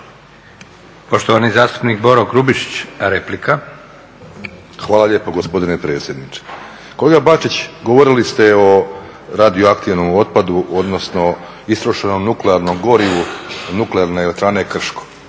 Poštovani zastupnik Boro Grubišić, replika. **Grubišić, Boro (HDSSB)** Hvala lijepo gospodine predsjedniče. Kolega Bačić, govorili ste o radioaktivnom otpadu odnosno istrošenom nuklearnom gorivu Nuklearne elektrane Krško.